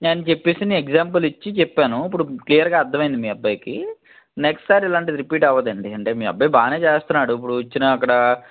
ఇలా అని చెప్పేసి నేను ఎగ్జాంపుల్ ఇచ్చి చెప్పాను ఇప్పుడు క్లియర్గా అర్ధమైంది మీ అబ్బాయికి నెక్స్ట్ సారి ఇలాంటిది రిపీట్ అవదండి అంటే మీ అబ్బాయి బాగానే చేస్తన్నాడు ఇప్పుడు ఇచ్చిన అక్కడా